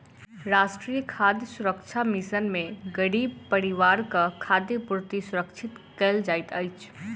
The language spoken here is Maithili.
राष्ट्रीय खाद्य सुरक्षा मिशन में गरीब परिवारक खाद्य पूर्ति सुरक्षित कयल जाइत अछि